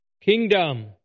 kingdom